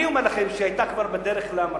אני אומר לכם שהיא כבר היתה בדרך להמראה.